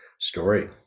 story